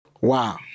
wow